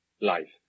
life